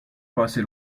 paraissait